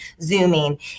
zooming